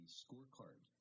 scorecard